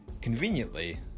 conveniently